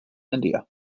india